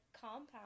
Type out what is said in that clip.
compound